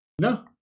No